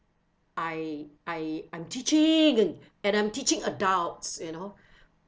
I I I'm teaching and I'm teaching adults you know